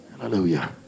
hallelujah